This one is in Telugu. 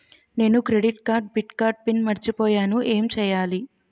నేను క్రెడిట్ కార్డ్డెబిట్ కార్డ్ పిన్ మర్చిపోయేను ఎం చెయ్యాలి?